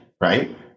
right